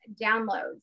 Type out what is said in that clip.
downloads